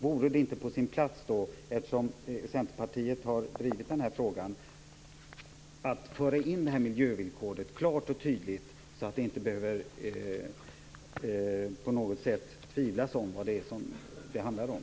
Vore det inte på sin plats, eftersom Centerpartiet har drivit den här frågan, att föra in miljövillkoret, klart och tydligt, så att det inte på något sätt behöver tvivlas om vad det handlar om.